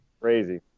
Crazy